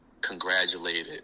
congratulated